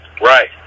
Right